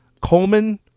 coleman